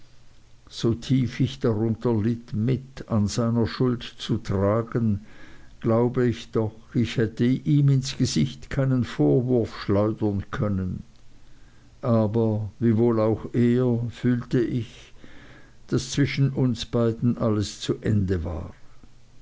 so tief ich darunter litt mit an seiner schuld zu tragen glaube ich doch ich hätte ihm ins gesicht keinen vorwurf schleudern können aber wie wohl auch er fühlte ich daß zwischen uns beiden alles zu ende war